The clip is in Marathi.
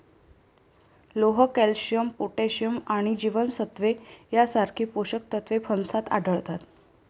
लोह, कॅल्शियम, पोटॅशियम आणि जीवनसत्त्वे यांसारखी पोषक तत्वे फणसात आढळतात